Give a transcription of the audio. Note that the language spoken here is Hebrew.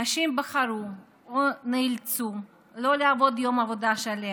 נשים בחרו או נאלצו לא לעבוד יום עבודה שלם,